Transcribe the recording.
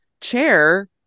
chair